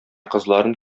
кызларын